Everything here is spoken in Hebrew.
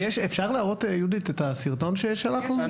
יהודית, אפשר להראות את הסרטון ששלחנו?